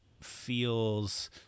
feels